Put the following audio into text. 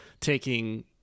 taking